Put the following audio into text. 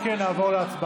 סעיף 6(ב):